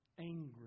angry